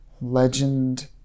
legend